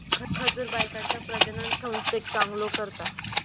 खजूर बायकांच्या प्रजननसंस्थेक चांगलो करता